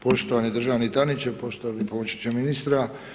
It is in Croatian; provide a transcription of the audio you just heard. poštovani državni tajniče, poštovani pomoćniče ministra.